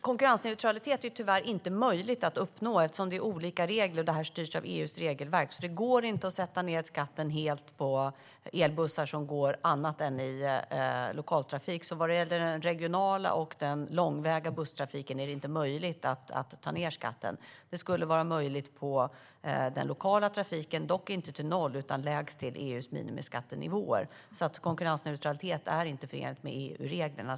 Herr talman! Det är tyvärr inte möjligt att uppnå konkurrensneutralitet eftersom det här styrs av EU:s regelverk. Det går inte att ta bort skatten helt på elbussar annat än för dem som går i lokaltrafik. Vad gäller den regionala och den långväga busstrafiken är det inte möjligt att ta ned skatten. Det skulle vara möjligt på den lokala busstrafiken, dock inte till noll utan lägst till EU:s minimiskattenivåer. Konkurrensneutralitet är alltså inte förenlig med EU-reglerna.